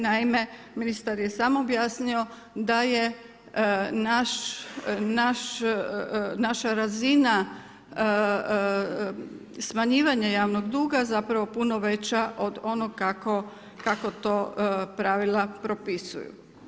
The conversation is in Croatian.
Naime, ministar je sam objasnio da je naša razina smanjivanja javnog duga zapravo puno veća od onoga kako to pravila propisuju.